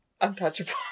untouchable